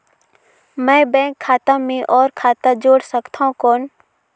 मैं बैंक खाता मे और खाता जोड़ सकथव कौन?